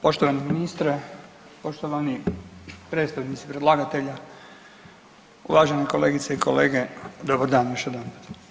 Poštovani ministre, poštovani predstavnici predlagatelja, uvaženi kolegice i kolege dobar dan još jedanput.